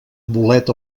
bolet